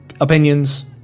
opinions